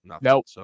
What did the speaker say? Nope